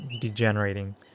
degenerating